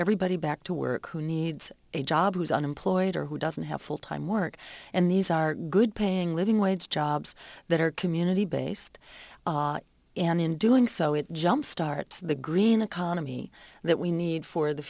everybody back to work who needs a job who's unemployed or who doesn't have full time work and these are good paying living wage jobs that are community based and in doing so it jumpstart the green economy that we need for the